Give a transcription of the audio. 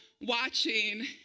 watching